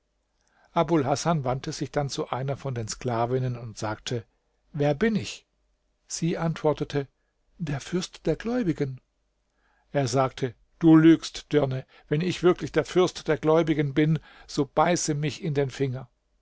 abul hasan wandte sich dann zu einer von den sklavinnen und sagte sie wer bin ich sie antwortete der fürst der gläubigen er sagte du lügst dirne wenn ich wirklich der fürst der gläubigen bin so beiße mich in den finger